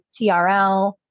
TRL